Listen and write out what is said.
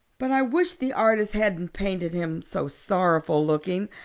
but i wish the artist hadn't painted him so sorrowful looking.